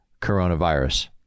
coronavirus